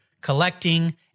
collecting